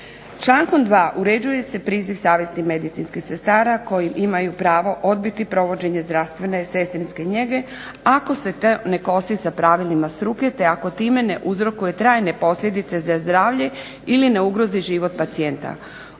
Člankom 2. određuje se priziv savjesti medicinskih sestara koje imaju pravo odbiti provođenje zdravstvene sestrinske njege ako se to ne kosi sa pravilima struke te ako time ne uzrokuje trajne posljedice za zdravlje ili ne ugrozi život pacijenta.